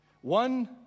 One